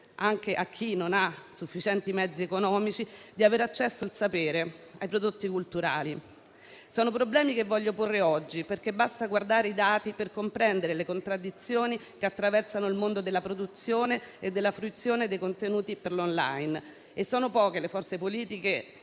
anche a chi non ha sufficienti mezzi economici, di aver accesso al sapere e ai prodotti culturali. Sono problemi che voglio porre oggi, perché basta guardare i dati per comprendere le contraddizioni che attraversano il mondo della produzione e della fruizione dei contenuti per il settore dell'*online*. Sono poche le forze politiche